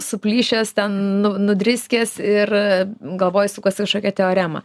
suplyšęs ten nu nudriskęs ir galvoj sukasi kažkokia teorema